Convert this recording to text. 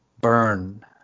Burn